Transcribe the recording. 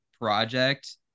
project